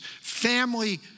family